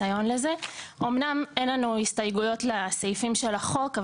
אמנם אין לנו הסתייגויות מהסעיפים של החוק,